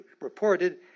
reported